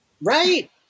Right